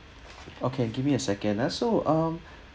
okay give me a second ah so um